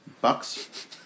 Bucks